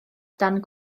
dan